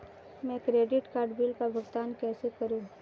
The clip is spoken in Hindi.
मैं क्रेडिट कार्ड बिल का भुगतान कैसे करूं?